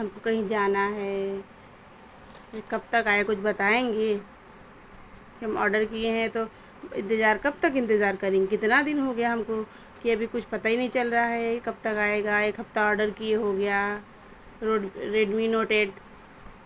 ہم کو کہیں جانا ہے کب تک آیا کچھ بتائیں گے کہ ہم آڈر کیے ہیں تو انتظار کب تک انتظار کریں گے کتنا دن ہو گیا ہم کو کہ ابھی کچھ پتا ہی نہیں چل رہا ہے کب تک آئے گا ایک ہفتہ آڈر کیے ہو گیا روڈ ریڈمی نوٹ ایٹ